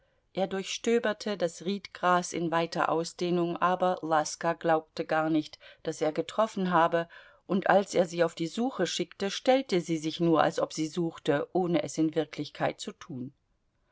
er durchstöberte das riedgras in weiter ausdehnung aber laska glaubte gar nicht daß er getroffen habe und als er sie auf die suche schickte stellte sie sich nur als ob sie suchte ohne es in wirklichkeit zu tun